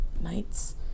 nights